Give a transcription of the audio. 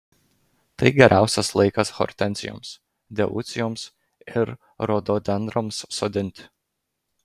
tai geriausias laikas hortenzijoms deucijoms ir rododendrams sodinti